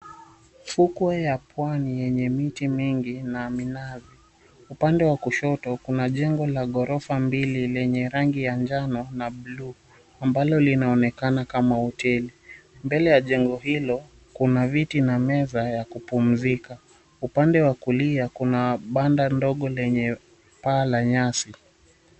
Fukwe ya pwani yenye miti mingi na minazi. Upande wa kushoto kuna jengo la gorofa mbili lenye rangi ya njano na blue ambalo linaonekana kama hoteli. Mbele ya jengo hilo kuna viti na meza ya kupumzika. Upande wa kulia kuna banda ndogo lenye paa la nyasi.